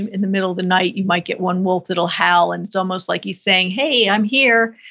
in the middle of the night you might get one wolf that'll howl and it's almost like he's saying, hey, i'm here,